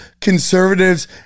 conservatives